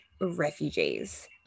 refugees